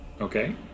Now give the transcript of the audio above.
Okay